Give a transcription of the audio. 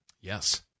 Yes